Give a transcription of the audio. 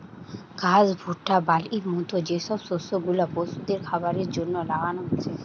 ঘাস, ভুট্টা, বার্লির মত যে সব শস্য গুলা পশুদের খাবারের জন্যে লাগানা হচ্ছে